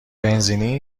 بنزینی